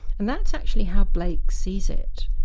and that's actually how blake sees it.